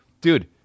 Dude